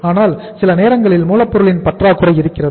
ஆனால் சில நேரங்களில் மூலப்பொருளின் பற்றாக்குறை இருக்கிறது